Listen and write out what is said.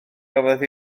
gafodd